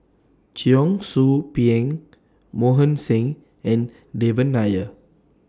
Cheong Soo Pieng Mohan Singh and Devan Nair